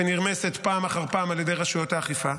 שנרמסת פעם אחר פעם על ידי רשויות האכיפה.